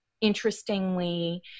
interestingly